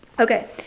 okay